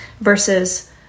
versus